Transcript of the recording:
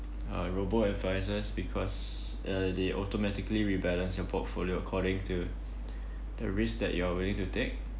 uh robo-advisors because uh they automatically rebalance your portfolio according to the risk that you're willing to take